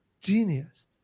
genius